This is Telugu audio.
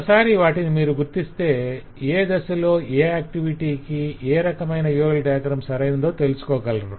ఒకసారి వాటిని మీరు గుర్తిస్తే ఏ దశలో ఏ యాక్టివిటీకి ఏ రకమైన UML డయాగ్రం సరైనదో తెలుసకోగలరు